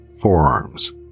forearms